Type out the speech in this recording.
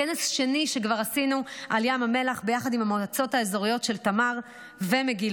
כנס שני שכבר עשינו על ים המלח יחד עם המועצות האזוריות של תמר ומגילות.